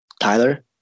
Tyler